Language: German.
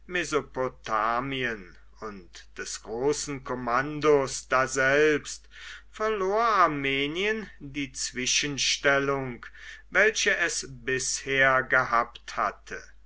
mesopotamien und des großen kommandos daselbst verlor armenien die zwischenstellung welche es bisher gehabt hatte